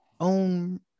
own